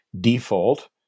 default